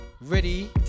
ready